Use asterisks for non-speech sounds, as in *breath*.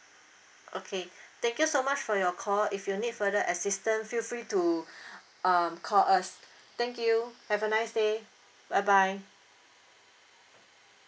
okay *breath* thank you so much for your call if you need further assistance feel free to *breath* um call us thank you have a nice day bye bye